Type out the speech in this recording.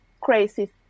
crazy